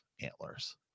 antlers